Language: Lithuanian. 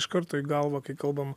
iš karto į galvą kai kalbam